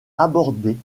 abordée